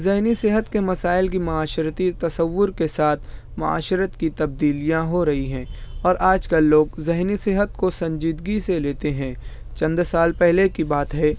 ذہنی صحت کے مسائل کی معاشرتی تصور کے ساتھ معاشرت کی تبدیلیاں ہو رہی ہیں اور آج کل لوگ ذہنی صحت کو سنجیدگی سے لیتے ہیں چند سال پہلے کی بات ہے